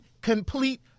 complete